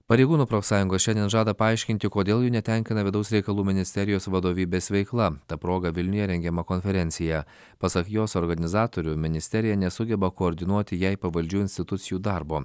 pareigūnų profsąjungos šiandien žada paaiškinti kodėl jų netenkina vidaus reikalų ministerijos vadovybės veikla ta proga vilniuje rengiama konferencija pasak jos organizatorių ministerija nesugeba koordinuoti jai pavaldžių institucijų darbo